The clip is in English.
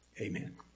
Amen